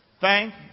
Thank